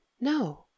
NO